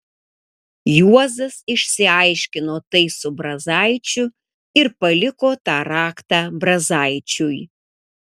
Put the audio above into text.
juozas išsiaiškino tai su brazaičiu ir paliko tą raktą brazaičiui